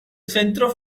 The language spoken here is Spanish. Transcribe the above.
centro